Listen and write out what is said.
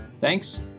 Thanks